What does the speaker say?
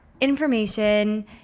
information